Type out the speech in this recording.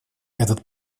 этот